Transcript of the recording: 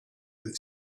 that